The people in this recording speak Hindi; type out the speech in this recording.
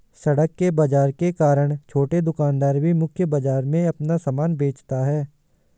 सड़क के बाजार के कारण छोटे दुकानदार भी मुख्य बाजार में अपना सामान बेचता है